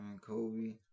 Kobe